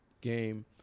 game